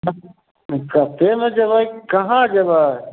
बक कतेकमे जयबै कहाँ जबय